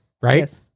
Right